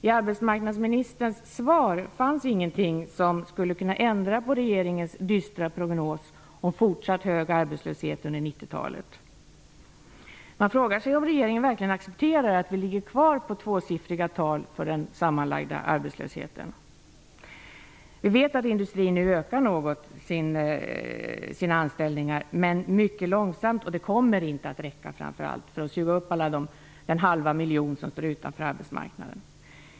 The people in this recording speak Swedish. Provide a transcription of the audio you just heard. I arbetsmarknadsministerns svar finns det inte något som skulle kunna ändra på regeringens dystra prognos om fortsatt hög arbetslöshet under 90 Man frågar sig om regeringen verkligen accepterar att den totala arbetslösheten ligger kvar på tvåsiffriga tal. Vi vet att industrin nu ökar antalet anställningar något. Men det sker mycket långsamt. Framför allt kommer det inte att räcka till för att suga upp de 500 000 människor som står utanför arbetsmarknaden.